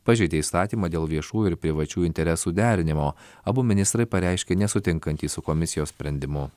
pažeidė įstatymą dėl viešųjų ir privačių interesų derinimo abu ministrai pareiškę nesutinkantys su komisijos sprendimu